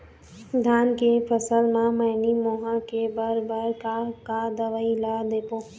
धान के फसल म मैनी माहो के बर बर का का दवई ला देबो?